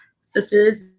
sisters